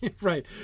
Right